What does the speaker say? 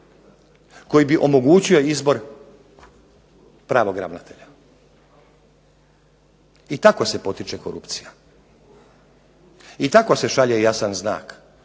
koji bi omogućio izbor pravog ravnatelja. I tako se potiče korupcija i tako se šalje jasan znak.